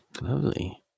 Lovely